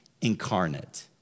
incarnate